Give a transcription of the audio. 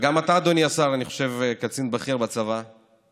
וגם אתה, אדוני השר, קצין בכיר בצבא, אני חושב.